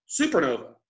supernova